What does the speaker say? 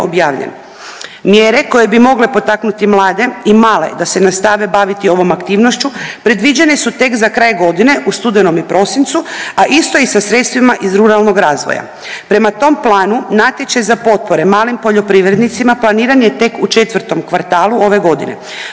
Mjere koje bi mogle potaknuti mlade i male da se nastave baviti ovom aktivnošću predviđene su tek za kraj godine u studenom i prosincu, a isto i sa sredstvima iz ruralnog razvoja. Prema tom planu natječaj za potpore malim poljoprivrednicima planiran je tek u četvrtom kvartalu ove godine.